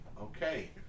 Okay